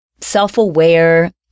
self-aware